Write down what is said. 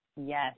Yes